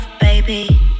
baby